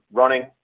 running